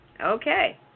Okay